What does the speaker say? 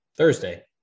Thursday